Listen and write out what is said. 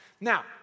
Now